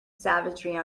savagery